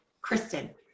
kristen